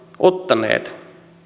ottaneet